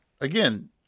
again